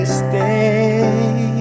stay